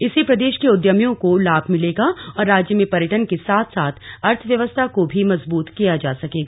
इससे प्रदेश के उद्यमियों को लाभ मिलेगा और राज्य में पर्यटन के साथ साथ अर्थव्यवस्था को भी मजबूत किया जा सकेगा